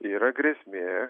yra grėsmė